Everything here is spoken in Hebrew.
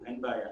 לא באופק.